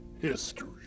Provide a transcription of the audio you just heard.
History